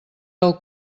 del